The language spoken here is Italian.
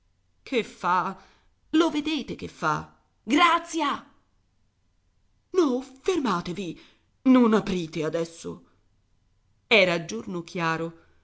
che fa lo vedete che fa grazia grazia no fermatevi non aprite adesso era giorno chiaro